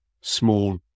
small